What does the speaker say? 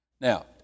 Now